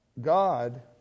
God